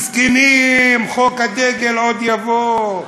מסכנים, חוק הדגל עוד יבוא.